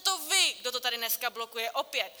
Jste to vy, kdo to tady dneska blokuje, opět.